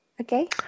okay